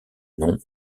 nom